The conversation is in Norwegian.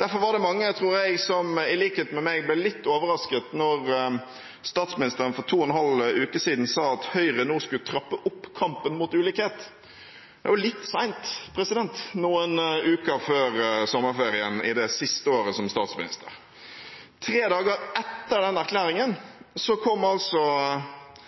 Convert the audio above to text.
Derfor var det mange, tror jeg, som i likhet med meg ble litt overrasket da statsministeren for to en halv uke siden sa at Høyre nå skulle trappe opp kampen mot ulikhet. Det er jo litt sent, noen uker før sommerferien i det siste året som statsminister. Tre dager etter den erklæringen kom altså